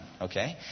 Okay